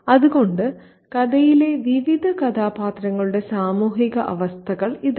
അതുകൊണ്ട് കഥയിലെ വിവിധ കഥാപാത്രങ്ങളുടെ സാമൂഹിക അവസ്ഥകൾ ഇതാണ്